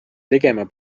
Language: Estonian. tegema